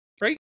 right